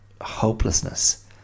hopelessness